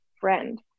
friend